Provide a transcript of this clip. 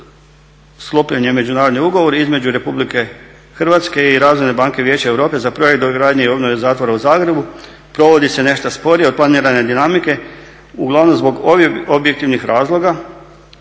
sklopljen je međunarodni ugovor između Republike Hrvatske i Razvojne banke Vijeća Europe za projekt dogradnje i obnove zatvora u Zagrebu, provodi se nešto sporije od planirane dinamike. Uglavnom zbog ovih objektivni razloga